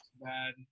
bad